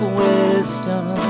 wisdom